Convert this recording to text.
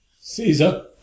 Caesar